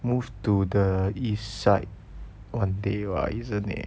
move to the east side one day what isn't it